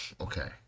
Okay